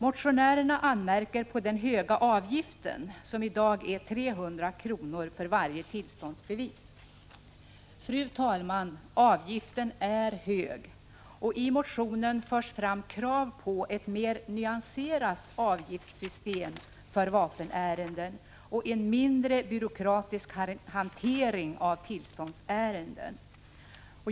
Motionärerna anmärker på den höga avgiften, som i dag är 300 kr. för varje tillståndsbevis. Fru talman! Avgiften är hög, och i motionen förs fram krav på ett mer nyanserat avgiftssystem för vapenärenden och en mindre byråkratisk hantering av tillståndsärenden.